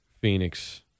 Phoenix